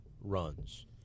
runs